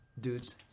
dudes